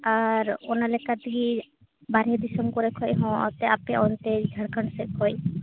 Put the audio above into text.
ᱟᱨ ᱚᱱᱟ ᱞᱮᱠᱟ ᱛᱮᱜᱤ ᱵᱟᱨᱦᱮ ᱫᱤᱥᱚᱢ ᱠᱚᱨᱮ ᱠᱷᱚᱡ ᱦᱚᱸ ᱟᱯᱮ ᱚᱱᱛᱮ ᱡᱷᱟᱲᱠᱷᱚᱸᱰ ᱥᱮᱡ ᱠᱷᱚᱱ